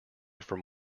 from